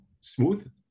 smooth